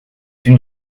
une